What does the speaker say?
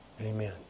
Amen